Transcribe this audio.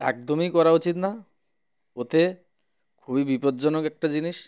একদমই করা উচিত না ওতে খুবই বিপজ্জনক একটা জিনিস